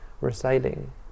reciting